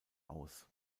aus